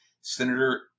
Senator